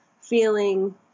feeling